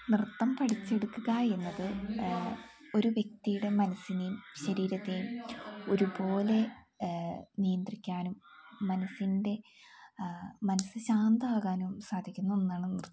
നൃത്തം പഠിച്ചെടുക്കുക എന്നത് ഒരു വ്യക്തിയുടെ മനസ്സിനെയും ശരീരത്തെയും ഒരുപോലെ നിയന്ത്രിക്കാനും മനസ്സിൻ്റെ മനസ്സ് ശാന്തം ആകാനും സാധിക്കുന്ന ഒന്നാണ് നൃത്തം